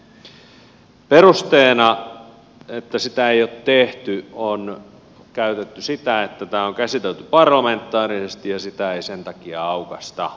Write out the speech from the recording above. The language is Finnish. perusteena sille että sitä ei ole tehty on käytetty sitä että tämä on käsitelty parlamentaarisesti ja sitä ei sen takia aukaista uudelleen